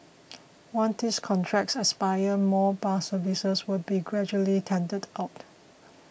once these contracts expire more bus services will be gradually tendered out